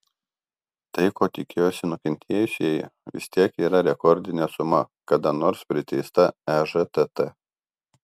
tai ko tikėjosi nukentėjusieji vis tiek yra rekordinė suma kada nors priteista ežtt